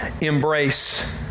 embrace